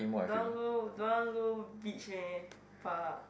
don't want go don't want go beach meh far